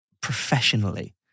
professionally